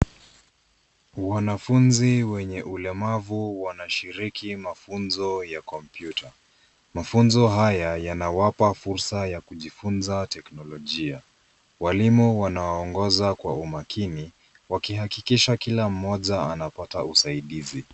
Wanafunzi wenye ulemavu wanashiriki mafunzo ya kompyuta. Mafunzo haya yanawapa fursa ya kujifunza teknolojia. Walimu wanawaongoza kwa umakini wakihakikisha kila mmoja anapata usaidizi.